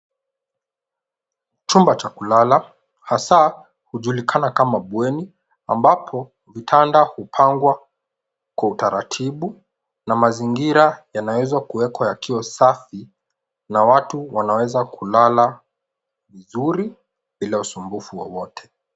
Chumba cha kulala, hasa hujulikana kama bweni, ambapo vitanda hupangwa kwa utaratibu na mazingira yanaweza kuwekwa yakiwa safi na watu wanaweza kulala vizuri bila usumbufu wowote.